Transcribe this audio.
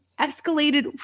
escalated